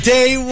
Day